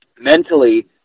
mentally